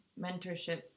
mentorship